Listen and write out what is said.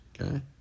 Okay